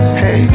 hey